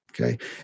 okay